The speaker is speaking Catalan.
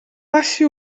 passi